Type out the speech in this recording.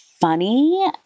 Funny